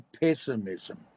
pessimism